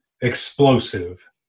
explosive